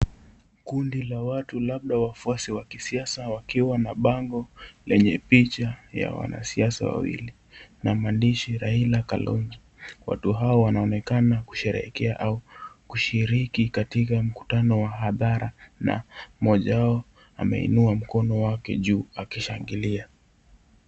Kundi la watu labda wafuasi wa kisiasa wakiwa na bango lenye picha ya wanasiasa wawili na maandishi Raila, Kalonzo watu hawa wanaonekana kusherehekea au kushiriki katika mkutano wa hadhara na mmoja wao ameinua mkono wake juu wakishangilia.